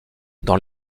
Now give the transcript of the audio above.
dans